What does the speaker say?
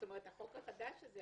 זאת אומרת החוק החדש הזה,